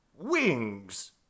wings